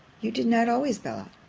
you did not always, bella.